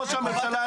ראש הממשלה,